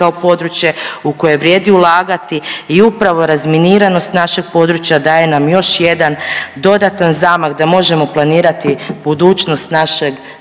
kao područje u koje vrijedi ulagati i upravo razminiranost našeg područja daje nam još jedan dodatan zamah da možemo planirati budućnost našeg